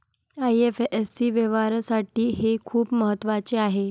IFSC व्यवहारासाठी हे खूप महत्वाचे आहे